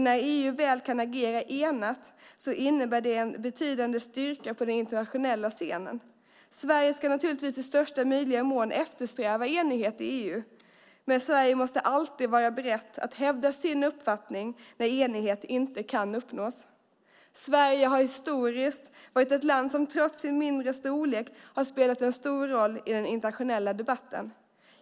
När EU väl kan agera enat innebär det en betydande styrka på den internationella scenen. Sverige ska naturligtvis i största möjliga mån eftersträva enighet i EU, men Sverige måste alltid vara berett att hävda sin uppfattning när enighet inte kan uppnås. Sverige har historiskt varit ett land som trots dess mindre storlek har spelat en stor roll i den internationella debatten.